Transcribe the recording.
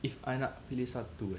if I nak pilih satu eh